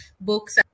books